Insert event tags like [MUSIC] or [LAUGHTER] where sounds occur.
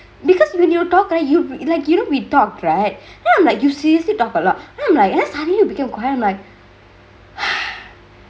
because when you talk right like you know we talk right then I'm like you seriously talk a lot then I'm like then suddenly you become quiet I'm like [BREATH]